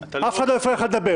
אף אחד לא הפריע לך לדבר.